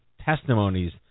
testimonies